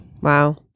Wow